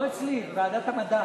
לא אצלי, בוועדת המדע.